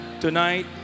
Tonight